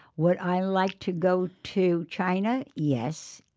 would i like to go to china? yes.